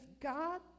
God